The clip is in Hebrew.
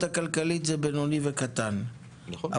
הכלכלית היא של עסקים קטנים ובינוניים,